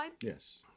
Yes